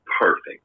perfect